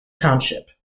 township